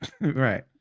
Right